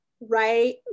Right